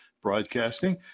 Broadcasting